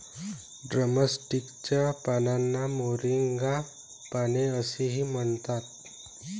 drumstick च्या पानांना moringa पाने असेही म्हणतात